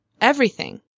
Everything